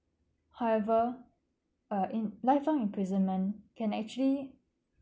however uh in life long imprisonment can actually